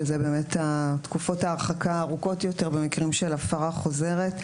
שזה התקופות ההרחקה הארוכות יותר במקרים של הפרה חוזרת.